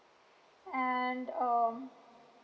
and um